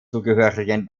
zugehörigen